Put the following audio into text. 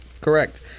Correct